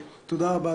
תודה רבה,